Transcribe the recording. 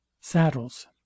saddles